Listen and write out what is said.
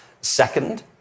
Second